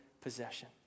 possession